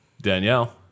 Danielle